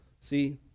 See